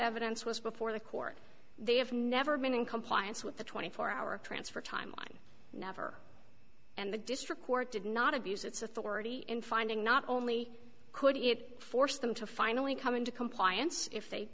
evidence was before the court they have never been in compliance with the twenty four hour transfer timeline never and the district court did not abuse its authority in finding not only could it force them to finally come into compliance if they